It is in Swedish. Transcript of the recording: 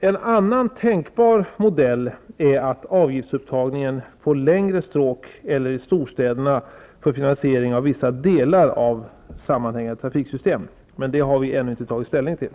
En annan tänkbar modell är att avgiftsupptagningen sker på längre stråk eller i storstäderna för finansiering av vissa delar av sammanhängande trafiksystem. Men det har vi inte tagit ställning till.